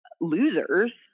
losers